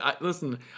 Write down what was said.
listen